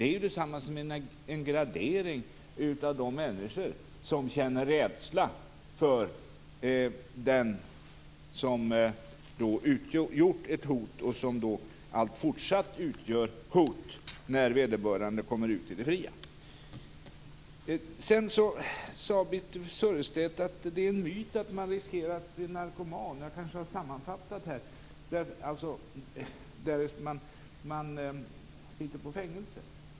Det är detsamma som en gradering av de människor som känner rädsla för den som utgjort ett hot och som fortsatt utgör hot när vederbörande kommer ut i det fria. Birthe Sörestedt sade att det är en myt att man riskerar att bli narkoman därest man sitter på fängelse.